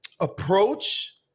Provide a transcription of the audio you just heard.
approach